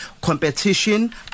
competition